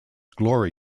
glory